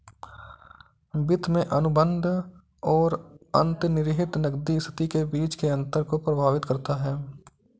वित्त में अनुबंध और अंतर्निहित नकदी स्थिति के बीच के अंतर को प्रभावित करता है